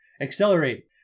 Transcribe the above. Accelerate